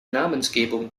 namensgebung